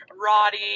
Roddy